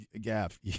Gav